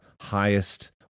highest